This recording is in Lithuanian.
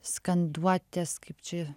skanduotės kaip čia